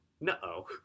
no